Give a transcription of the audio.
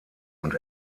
und